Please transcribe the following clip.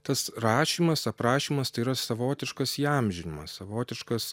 tas rašymas aprašymas tai yra savotiškas įamžinimas savotiškas